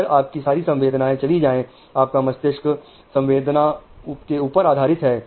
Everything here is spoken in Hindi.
अगर आपकी सारी संवेदनाएं चली जाए आपका मस्तिष्क संवेदना ऊपर आधारित है